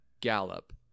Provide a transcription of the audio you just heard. gallop